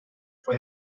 fue